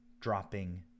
dropping